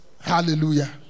Hallelujah